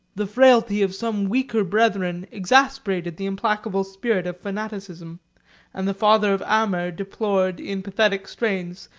the frailty of some weaker brethren exasperated the implacable spirit of fanaticism and the father of amer deplored, in pathetic strains,